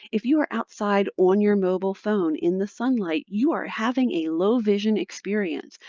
if you are outside on your mobile phone in the sunlight, you are having a low-vision experience.